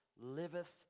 liveth